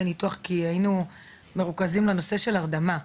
ניתוח כי היינו מרוכזים בנושא ההרדמה.